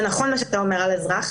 זה נכון מה שאתה אומר על אזרח.